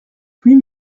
huit